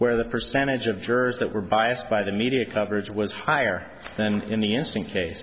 where the percentage of jurors that were biased by the media coverage was higher than in the instant